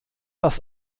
das